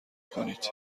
کنید